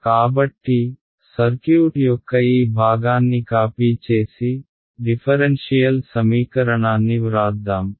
కాబట్టి సర్క్యూట్ యొక్క ఈ భాగాన్ని కాపీ చేసి డిఫరెన్షియల్ సమీకరణాన్ని వ్రాద్దాం